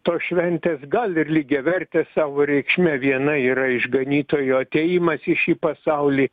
tos šventės gal ir lygiavertės savo reikšme viena yra išganytojo atėjimas į šį pasaulį